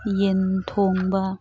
ꯌꯦꯟ ꯊꯣꯡꯕ